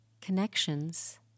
connections